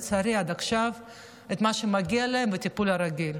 לצערי, עד עכשיו את מה שמגיע להם בטיפול הרגיל.